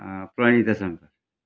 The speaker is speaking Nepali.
प्रनिता शङ्कर